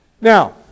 Now